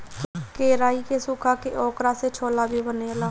केराई के सुखा के ओकरा से छोला भी बनेला